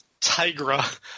Tigra